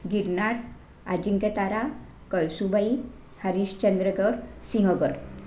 Girnar Ajinkyatara Kalsubai Harishchandragad Sinhagad